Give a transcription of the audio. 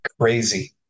Crazy